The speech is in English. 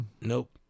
Nope